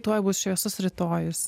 tuoj bus šviesus rytojus